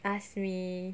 ask me